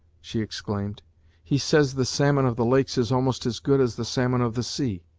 she exclaimed he says the salmon of the lakes is almost as good as the salmon of the sea.